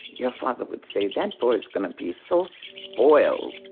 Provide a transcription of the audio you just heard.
your father would say, that boy's gonna be so spoiled.